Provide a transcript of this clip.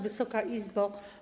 Wysoka Izbo!